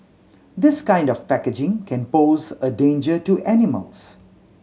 this kind of packaging can pose a danger to animals